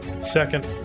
Second